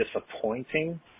disappointing